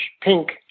pink